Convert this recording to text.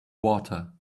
water